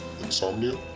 insomnia